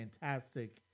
fantastic